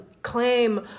claim